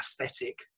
aesthetic